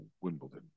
Wimbledon